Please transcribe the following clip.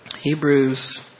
Hebrews